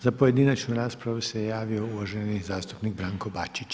Za pojedinačnu raspravu se javio uvaženi zastupnik Branko Bačić.